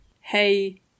hey